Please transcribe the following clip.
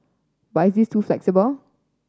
but is it too flexible